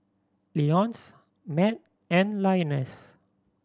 Leonce Matt and Linus